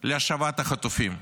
להשבת החטופים.